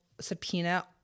subpoena